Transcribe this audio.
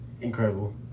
incredible